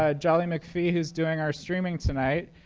ah joly macfie, who's doing our streaming tonight.